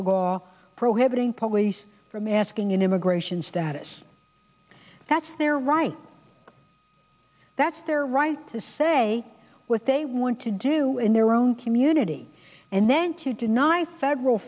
a law prohibiting police from asking an immigration status that's their right that's their right to say what they want to do in their own community and then to deny federal